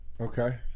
Okay